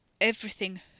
Everything